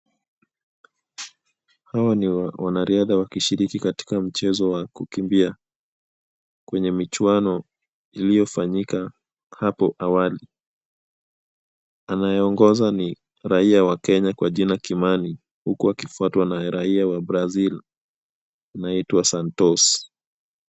Hawa ni wanariadha wakishiriki katika mchezo wa kukimbia kwenye michuano iliyofanyika hapo awali. Anayeongoza ni raia wa Kenya kwa jina Kimani huku akifuatwa na raia wa Brazil anaitwa Santos.